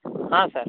हा सर